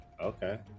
Okay